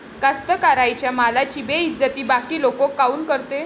कास्तकाराइच्या मालाची बेइज्जती बाकी लोक काऊन करते?